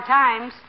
times